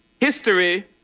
History